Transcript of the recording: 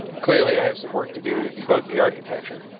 clearly, i have some work to do to debug the architecture.